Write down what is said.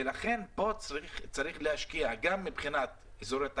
לכן צריך להשקיע פה גם מבחינת אזורי תעשייה,